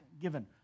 given